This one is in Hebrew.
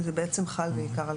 זה חל בעיקר על